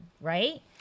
right